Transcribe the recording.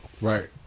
Right